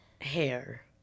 hair